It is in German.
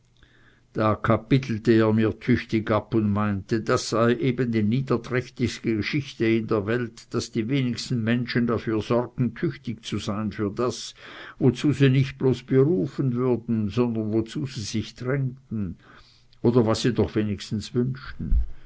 da kapitelte er mir tüchtig ab und meinte das sei eben die niederträchtigste geschichte in der welt daß die wenigsten menschen dafür sorgten tüchtig zu sein für das wozu sie nicht bloß berufen würden sondern wozu sie sich drängten oder was sie doch wenigstens wünschten